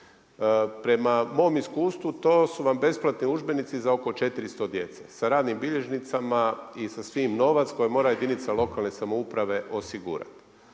Prema mom iskustvu to su vam besplatni udžbenici za oko 400 djece sa radnim bilježnicama i sa svim novac koji mora jedinica lokalne samouprave osigurati.